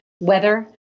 weather